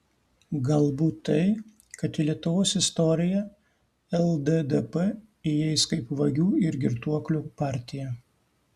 galbūt tai kad į lietuvos istoriją lddp įeis kaip vagių ir girtuoklių partija